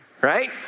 right